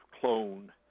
clone